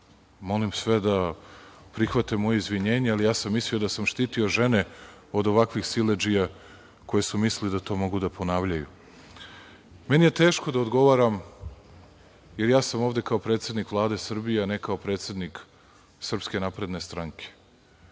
molim sve da prihvate moje izvinjenje, ali ja sam mislio da sam štitio žene od ovakvih siledžija koji su mislili da to mogu da ponavljaju. Meni je teško da odgovaram, jer ja sam ovde kao predsednik Vlade Srbije, a ne kao predsednik SNS. Veoma mi je teško